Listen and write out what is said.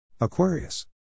Aquarius